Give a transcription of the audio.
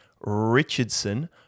Richardson